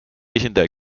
esindaja